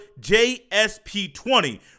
JSP20